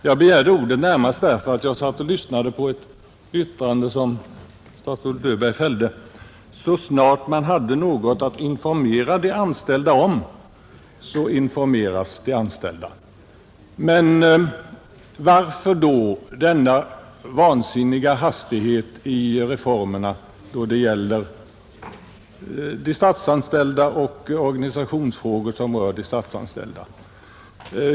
Jag begärde ordet närmast därför att jag lyssnade till ett yttrande som statsrådet Löfberg fällde, nämligen att så snart man hade något att informera de anställda om informerades de. Men varför då denna vansinniga hastighet i reformerna när det gäller de statsanställda och organisationsfrågor som rör de statsanställda?